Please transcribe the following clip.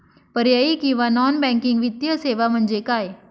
पर्यायी किंवा non banking वित्तीय सेवा म्हणजे काय?